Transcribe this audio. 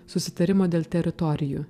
susitarimo dėl teritorijų